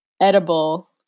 edible